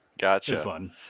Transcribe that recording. Gotcha